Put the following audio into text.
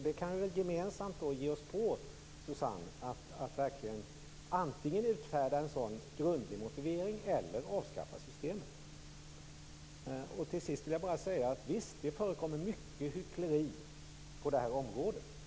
Vi kan väl gemensamt ge oss på att antingen utfärda en grundlig motivering eller att avskaffa systemet. Till sist vill jag bara säga att det förekommer mycket hyckleri på det här området.